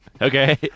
Okay